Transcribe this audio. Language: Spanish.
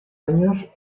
años